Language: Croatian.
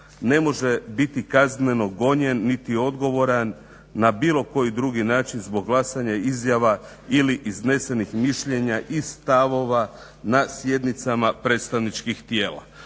Ne može biti kazneno gonjen niti odgovoran na bilo koji dugi način zbog glasina, izjava ili iznesenih mišljenja i stavova na sjednicama predstavničkih tijela.